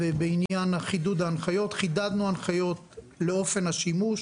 ובעניין חידוד ההנחיות חידדנו הנחיות לאופן השימוש.